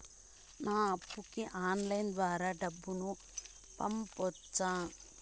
నా అప్పుకి ఆన్లైన్ ద్వారా డబ్బును పంపొచ్చా